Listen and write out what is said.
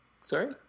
Sorry